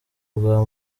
bwa